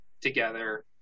together